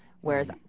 whereas